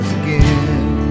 again